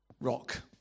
rock